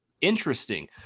Interesting